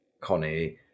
connie